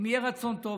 אם יהיה רצון טוב,